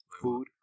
Food